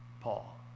Paul